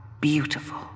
beautiful